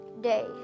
day